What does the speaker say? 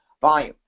volume